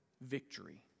victory